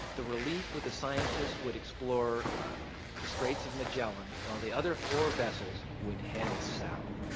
the relief with the scientists would explore the straits of magellan while the other four vessels would head south.